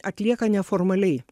atlieka ne formaliai